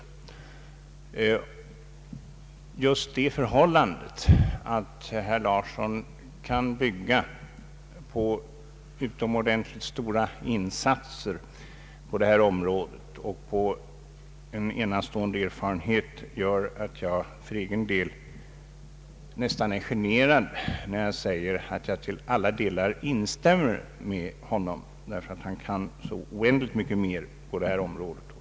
Just det förhållandet att herr Larsson kan bygga på utomordentligt stora insatser på detta område och på en enastående erfarenhet gör att jag för egen del till alla delar instämmer i vad han här har sagt, därför att han kan så oändligt mycket mer på detta område.